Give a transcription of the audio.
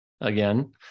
again